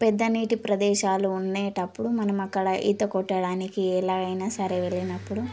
పెద్ద నీటి ప్రదేశాలు ఉండేటప్పుడు మనమక్కడ ఈత కొట్టడానికి ఎలాగైనా సరే వెళ్ళినప్పుడు